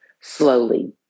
slowly